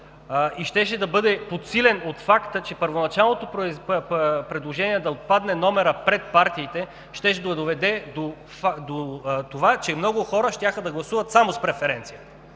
и щеше да бъде подсилен от факта, че първоначалното предложение да отпадне номерът пред партиите щеше да доведе до това, че много хора щяха да гласуват само с преференция,